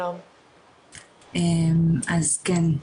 אז כן,